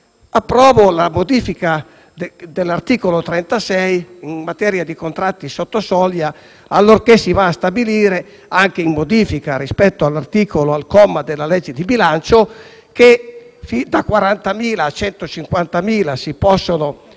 Approvo la modifica apportata all'articolo 36 in materia di contratti sotto soglia, allorché si va a stabilire, anche in difformità rispetto a quanto previsto dalla legge di bilancio, che da 40.000 a 150.000 si possono